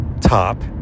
top